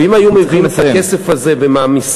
ואם היו מביאים את הכסף הזה ומעמיסים,